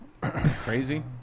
Crazy